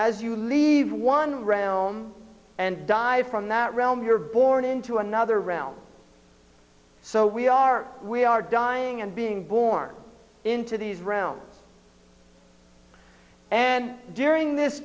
as you leave one realm and die from that realm you're born into another round so we are we are dying and being born into these round and during this